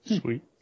Sweet